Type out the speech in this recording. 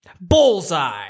Bullseye